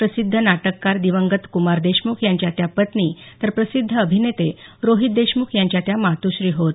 प्रसिद्ध नाटककार दिवंगत कुमार देशमुख यांच्या त्या पत्नी तर प्रसिद्ध अभिनेते रोहित देशमुख यांच्या त्या मातुःश्री होत